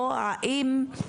או האם,